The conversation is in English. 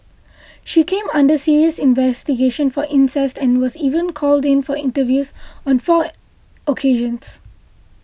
she came under serious investigation for incest and was even called in for interviews on four occasions